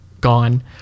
gone